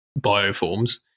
bioforms